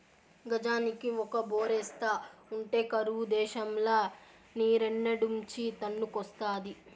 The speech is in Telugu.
గజానికి ఒక బోరేస్తా ఉంటే కరువు దేశంల నీరేడ్నుంచి తన్నుకొస్తాది